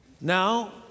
Now